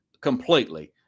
completely